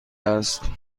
است